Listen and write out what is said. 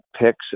picks